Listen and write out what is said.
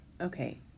Okay